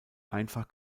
einfach